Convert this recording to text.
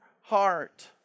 heart